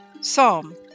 Psalm